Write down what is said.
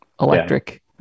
electric